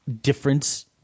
difference